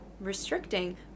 restricting